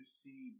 see